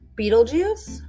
Beetlejuice